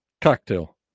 cocktail